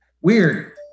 weird